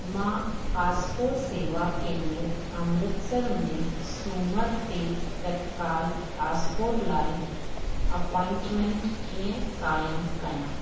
मां पासपोर्ट सेवा केंद्र अमृतसर में सूमर ते ततकाल पासपोर्ट लाइ अपॉइंटमेंट क़ायमु कयां